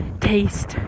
taste